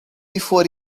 before